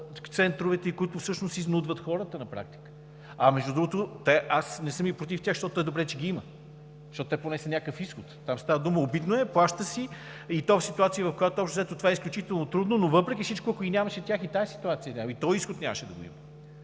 центровете и които всъщност изнудват хората на практика? А между другото, аз не съм и против тях, защото е добре, че ги има, защото те поне са някакъв изход. Обидно е, плащаш си, и то в ситуации, в които общо-взето това е изключително трудно, но въпреки всичко, ако ги нямаше тях и този изход нямаше да го има.